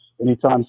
anytime